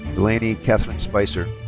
delaney catherine spicer.